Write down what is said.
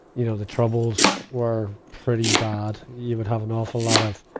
you know, the troubles were pretty bad. you would have an awful lot of,